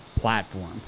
platform